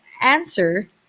answer